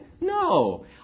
No